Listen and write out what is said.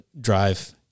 drive